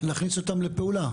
להכניס אותם לפעולה?